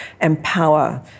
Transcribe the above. empower